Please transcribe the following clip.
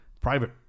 private